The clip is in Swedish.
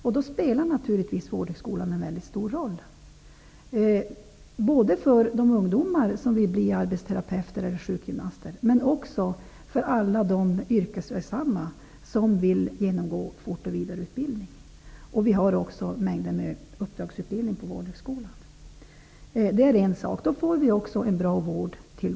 Därför spelar naturligtvis Vårdhögskolan en väldigt stor roll, både för de ungdomar som vill bli sjukgymnaster eller arbetsterapeuter och också för alla de yrkesverksamma som vill genomgå fortoch vidareutbildning. Det finns också mängder med uppdragsutbildning på Vårdhögskolan. På det viset kan medborgarna erbjudas en bra vård.